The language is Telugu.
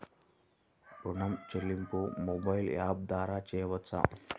ఋణం చెల్లింపు మొబైల్ యాప్ల ద్వార చేయవచ్చా?